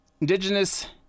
indigenous